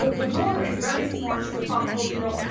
the daughter is very smart. she's a pop culture girl.